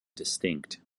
distinct